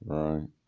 right